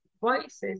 voices